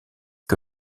que